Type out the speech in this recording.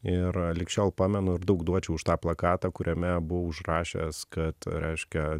ir lig šiol pamenu ir daug duočiau už tą plakatą kuriame buvau užrašęs kad reiškia